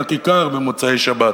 אל הכיכר במוצאי-שבת.